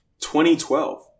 2012